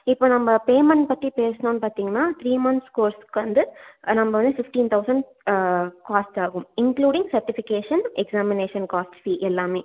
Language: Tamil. இப்போ நம்ம பேமெண்ட் பற்றி பேசுனோம் பார்த்திங்கனா த்ரீ மந்த்ஸ் கோர்ஸ்க்கு வந்து நம்ப வந்து பிஃப்டீன் தொளசண்ட் காஸ்ட் ஆகும் including certification examination cost fee எல்லாமே